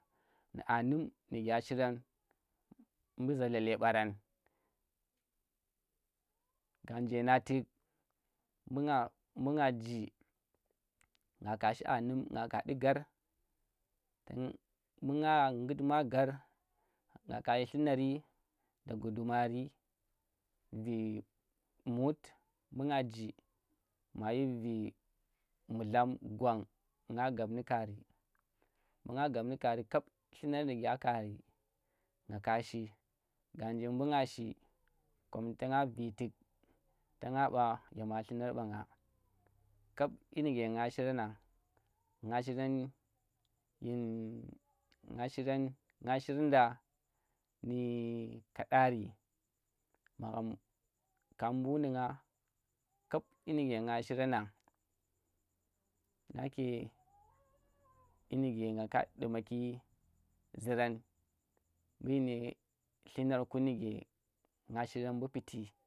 Ka nu anum ni kya shirin mbu zalale barang n ga nje nga tuk, mbu nga ji nga kaa shi anum nga ka ndu gar mbu nga ngut maa gari nga ka yhi llunari daga dumari vee mut mbu nga. Ji mayi vee mulang gwan nga gab nu̱ kari kap llunar nu kari ngaka shi gaanje mbu nga shi kom tanang vee tik tana ɓa yam llunar banga, kab dyi nike nga shiranang, nga shirang dyin, nga shirang, nga shirada ndi kadari, magham ka mbu nu̱ nagh kap dyi nike nga shiranang, nake dyi nike nga dumaki zurang nu dyine llunar ku nu ki nga shirang mbu piti